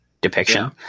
depiction